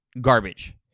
garbage